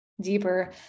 deeper